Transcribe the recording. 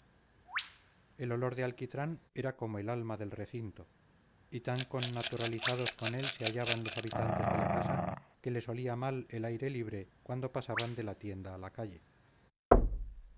el olor de alquitrán era como el alma del recinto y tan connaturalizados con él se hallaban los habitantes de la casa que les olía mal el aire libre cuando pasaban de la tienda a la calle